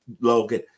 Logan